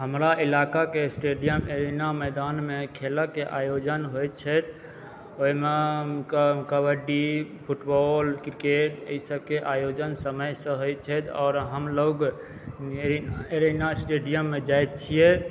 हमरा इलाकाके stadium arena मैदानमे खेलके आयोजन होएत छथि ओहिमे कबड्डी फूटबाल क्रिकेट एहि सबके आयोजन समयसँ होए छथि आओर हमलोग एरिना स्टेडियममे जाए छिऐ